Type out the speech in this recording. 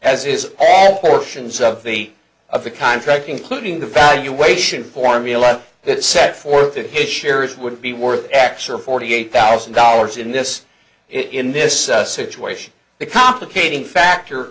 as is all portions of the of the contract including the valuation formula that set forth in his shares would be worth actual forty eight thousand dollars in this in this situation the complicating factor